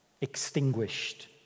extinguished